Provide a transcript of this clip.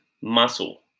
muscle